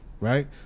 right